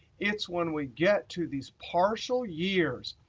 it's when we get to these partial years.